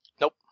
Nope